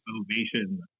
Ovation